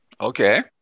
Okay